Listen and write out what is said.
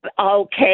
Okay